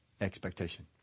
expectation